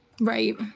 Right